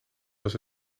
was